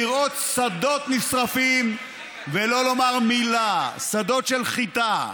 לראות שדות נשרפים ולא לומר מילה, שדות של חיטה,